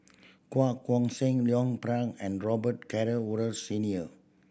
Koh Guan Song Leon and Robet Carr Wood Senior